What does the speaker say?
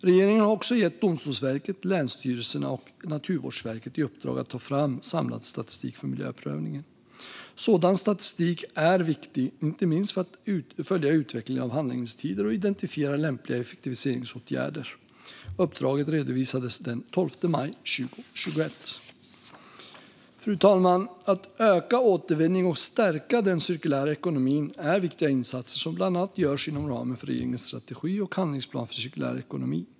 Regeringen har också gett Domstolsverket, länsstyrelserna och Naturvårdsverket i uppdrag att ta fram samlad statistik för miljöprövningen. Sådan statistik är viktig, inte minst för att följa utvecklingen av handläggningstider och identifiera lämpliga effektiviseringsåtgärder. Uppdraget redovisades den 12 maj 2021. Fru talman! Att öka återvinning och stärka den cirkulära ekonomin är viktiga insatser som bland annat görs inom ramen för regeringens strategi och handlingsplan för cirkulär ekonomi.